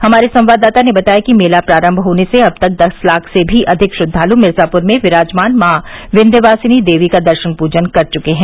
हमारे संवाददाता ने बताया कि मेला प्रारम्भ होने से अब तक दस लाख से भी अधिक श्रद्वालु मिर्जापुर में विराजमान मां विन्ध्यवासिनी देवी का दर्शन पूजन कर चुके हैं